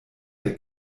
der